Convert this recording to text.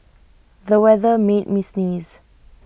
the weather made me sneeze